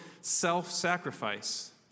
self-sacrifice